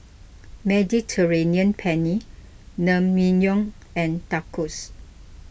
Mediterranean Penne Naengmyeon and Tacos